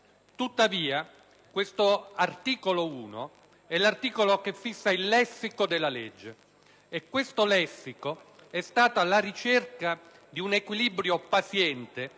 Tuttavia, questo articolo 1 è l'articolo che fissa il lessico della legge. E questo lessico è stato la ricerca di un equilibrio paziente,